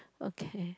okay